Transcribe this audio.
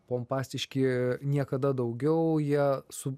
pompastiški niekada daugiau jie su